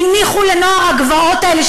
הניחו לנוער הגבעות האלה,